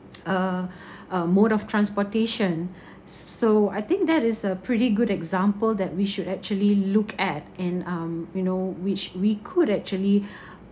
a a mode of transportation so I think that is a pretty good example that we should actually look at and um you know which we could actually